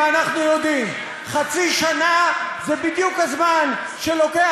ואנחנו יודעים: חצי שנה זה בדיוק הזמן שלוקח,